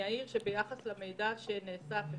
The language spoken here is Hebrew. וגם משרד הבריאות לא יעביר את המידע שהוא קיבל